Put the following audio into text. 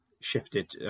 shifted